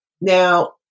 Now